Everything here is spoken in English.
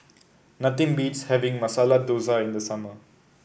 nothing beats having Masala Dosa in the summer